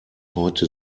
heute